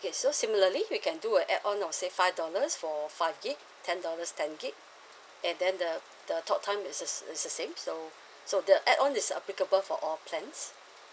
okay so similarly we can do a add on or let say five dollars for five gig ten dollars ten gig and then the the talk time is is is the same so so the add on is applicable for all plans